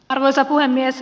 arvoisa puhemies